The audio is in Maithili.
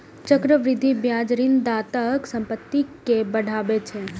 चक्रवृद्धि ब्याज ऋणदाताक संपत्ति कें बढ़ाबै छै